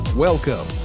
Welcome